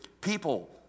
People